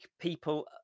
people